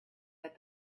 that